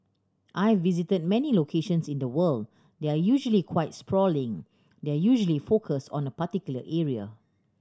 I've visited many locations in the world they're usually quite sprawling they're usually focused on a particular area